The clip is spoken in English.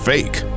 Fake